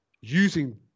using